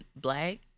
black